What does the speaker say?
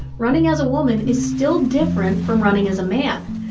running as a woman is still different from running as a man.